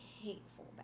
hateful